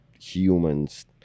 humans